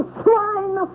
swine